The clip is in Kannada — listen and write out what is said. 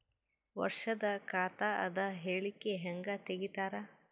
ವರ್ಷದ ಖಾತ ಅದ ಹೇಳಿಕಿ ಹೆಂಗ ತೆಗಿತಾರ?